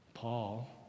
Paul